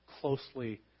closely